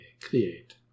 create